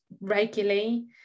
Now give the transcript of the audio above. regularly